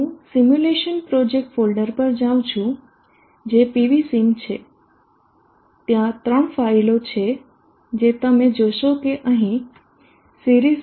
હું simulation project folder પર જાઉ છું જે pvsim છે ત્યાં ત્રણ ફાઇલ છે જે તમે જોશો અહીં series